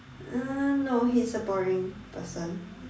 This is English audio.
uh no he's a boring person